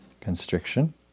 Constriction